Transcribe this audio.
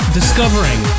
discovering